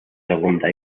segunda